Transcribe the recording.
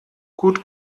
gut